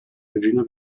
regina